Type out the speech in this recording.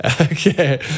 Okay